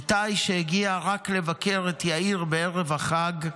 איתי, שהגיע רק לבקר את יאיר בערב החג,